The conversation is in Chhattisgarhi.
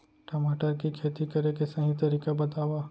टमाटर की खेती करे के सही तरीका बतावा?